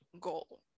goal